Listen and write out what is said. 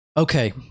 Okay